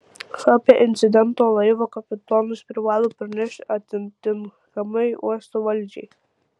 apie incidentą laivo kapitonas privalo pranešti atitinkamai uosto valdžiai